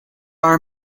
are